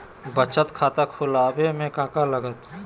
बचत खाता खुला बे में का का लागत?